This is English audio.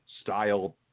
style